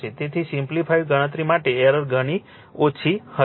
તેથી સિમ્પ્લિફાઇડ ગણતરી માટે એરર ઘણી ઓછી હશે